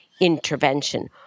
intervention